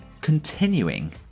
continuing